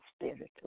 spiritual